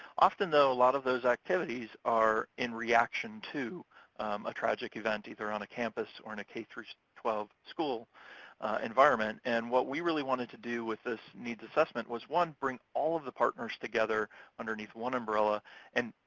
often, though, a lot of those activities are in reaction to a tragic event, either on a campus or in a k through twelve school environment. and what we really wanted to do with this needs assessment was, one, bring all of the partners together underneath one umbrella and,